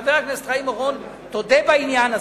חבר הכנסת חיים אורון, תודה בעניין הזה.